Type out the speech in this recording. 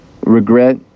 regret